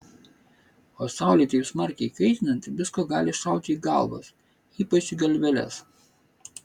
o saulei taip smarkiai kaitinant visko gali šauti į galvas ypač į galveles